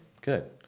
Good